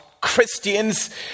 Christians